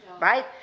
right